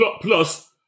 Plus